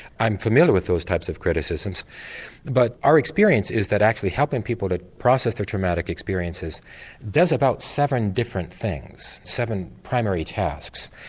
i'm familiar with those types of criticisms but our experience is that actually helping people to process their traumatic experiences does about seven different things, seven primary tasks.